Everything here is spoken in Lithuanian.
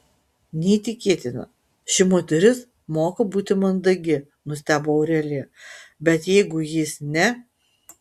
neįtikėtina ši moteris moka būti mandagi nustebo aurelija bet jeigu jis ne